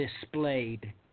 displayed